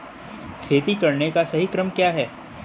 खेती करने का सही क्रम क्या है?